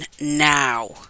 now